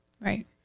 right